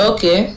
Okay